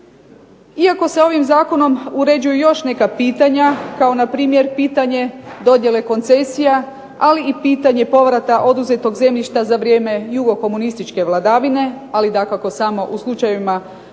Iako se ovim zakonom uređuju još neka pitanja kao npr. pitanje dodjele koncesija ali i pitanje povrata oduzetog zemljišta za vrijeme jugokomunističke vladavine, ali dakako samo u slučajevima koji